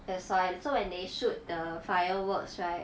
their side so when they shoot the fireworks right